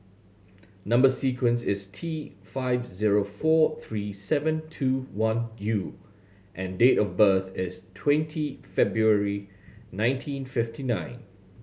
number sequence is T five zero four three seven two one U and date of birth is twenty February nineteen fifty nine